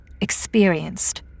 experienced